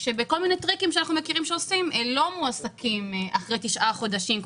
שבכל מיני טריקים שאנחנו מכירים שעושים לא מועסקים אחרי תשעה חודשים,